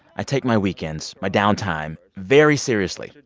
i take my weekends, my downtime, very seriously.